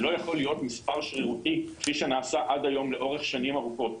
זה לא יכול להיות מספר שרירותי כפי שנעשה עד היום לאורך שנים ארוכות.